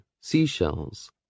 seashells